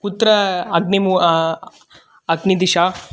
कुत्र अग्नि अग्निदिशा